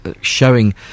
showing